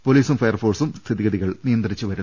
പൊലീസും ഫയർഫോഴ്സും സ്ഥിതിഗതി കൾ നിയന്ത്രിച്ചുവരുന്നു